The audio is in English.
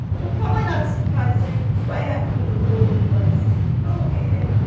well, probably not surprising, right after the rule was promulgated,